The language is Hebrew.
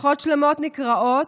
משפחות שלמות נקרעות.